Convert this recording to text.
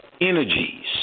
energies